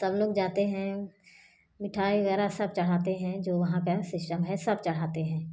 सब लोग जाते हैं मिठाई वगैरह सब चढ़ाते हैं जो वहाँ का सिस्टम है सब चढ़ाते हैं